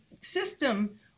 system